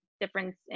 difference